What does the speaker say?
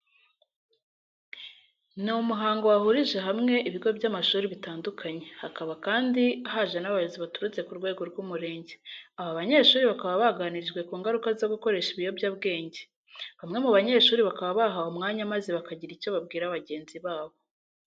Ni umuhango wahurije hamwe ibigo by'amashuri bitandukanye, hakaba kandi haje n'abayobozi baturutse ku rwego rw'umurenge. Aba banyeshuri bakaba baganirijwe ku ngaruka zo gukoresha ibiyobyabwenge. Bamwe mu banyeshuri bakaba bahawe umwanya maze bakagira icyo babwira bagenzi babo.